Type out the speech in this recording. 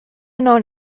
known